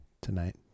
tonight